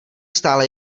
stále